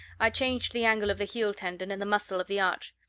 i changed the angle of the heel tendon and the muscle of the arch.